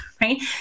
right